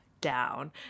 down